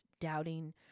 doubting